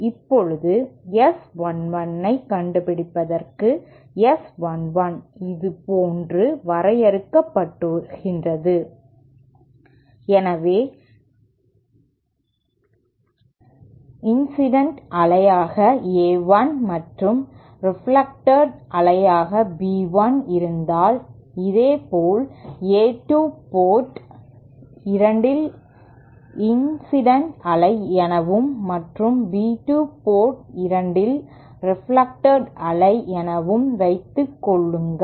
இப்போது S 1 1 ஐக் கண்டுபிடிப்பதற்கு S 1 1 இதுபோன்று வரையறுக்கப்படுகிறது எனவே இன்சிடென்ட் அலையாக A 1 மற்றும் ரெப்லெக்டிவ் அலையாக B 1 இருந்தால் இதேபோல் A 2 போர்ட் 2 இல் இன்சிடென்ட் அலை எனவும் மற்றும் B 2 போர்ட் 2 இல் ரெப்லெக்டிவ் அலை எனவும் வைத்துக்கொள்ளுங்கள்